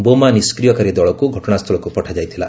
ବୋମା ନିଷ୍କ୍ରିୟକାରୀ ଦଳକୁ ଘଟଣାସ୍ଥଳକୁ ପଠାଯାଇଥିଲା